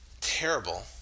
terrible